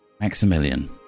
Maximilian